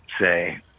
say